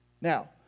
now